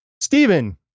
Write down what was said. Stephen